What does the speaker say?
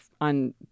on